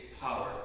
power